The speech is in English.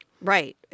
Right